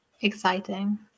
exciting